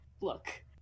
look